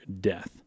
death